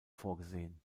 vorgesehen